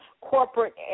corporate